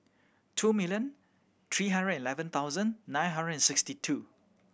two million three hundred eleven thoudsand nine hundred and sixty two